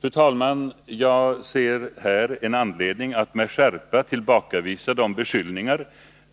Fru talman! Jag ser här en anledning att med skärpa tillbakavisa de beskyllningar